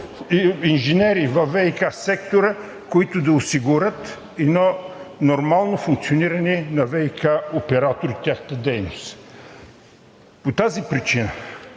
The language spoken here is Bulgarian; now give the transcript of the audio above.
инженери във ВиК сектора, които да осигурят едно нормално функциониране на ВиК операторите и тяхната дейност. По тази причина